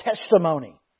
testimony